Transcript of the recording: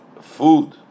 food